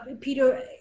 Peter